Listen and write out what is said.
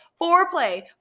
foreplay